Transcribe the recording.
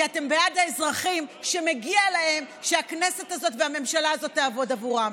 כי אתם בעד האזרחים שמגיע להם שהכנסת הזאת והממשלה הזאת תעבוד בעבורם.